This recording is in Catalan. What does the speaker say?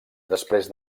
després